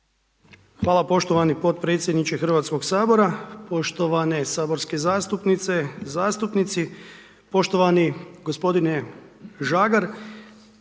Hvala poštovani potpredsjedniče Hrvatskog sabora, poštovane saborske zastupnice, zastupnici. Poštovani g. Žagar,